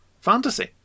fantasy